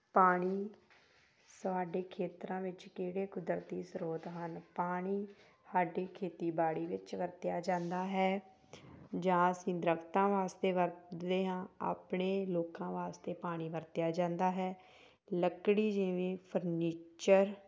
ਪਾਣੀ ਸਾਡੇ ਖੇਤਰਾਂ ਵਿੱਚ ਕਿਹੜੇ ਕੁਦਰਤੀ ਸਰੋਤ ਹਨ ਪਾਣੀ ਸਾਡੀ ਖੇਤੀਬਾੜੀ ਵਿੱਚ ਵਰਤਿਆ ਜਾਂਦਾ ਹੈ ਜਾਂ ਅਸੀਂ ਦਰੱਖਤਾਂ ਵਾਸਤੇ ਵਰਤਦੇ ਹਾਂ ਆਪਣੇ ਲੋਕਾਂ ਵਾਸਤੇ ਪਾਣੀ ਵਰਤਿਆ ਜਾਂਦਾ ਹੈ ਲੱਕੜੀ ਜਿਵੇਂ ਫਰਨੀਚਰ